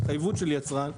התחייבות של יצרן,